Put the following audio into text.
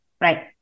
right